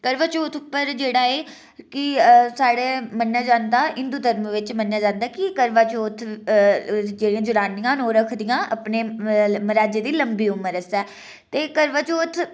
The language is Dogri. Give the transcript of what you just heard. करवाचौथ उप्पर जेह्ड़ा ऐ कि साढ़े मन्नेआ जंदा हिन्दू धर्म बिच मन्नेआ जंदा कि करवाचौथ जेह्ड़ियां जनानियां न ओह् रखदियां अपने म्हराजै दी लम्बी उम्र आस्तै ते करवाचौथ